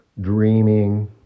dreaming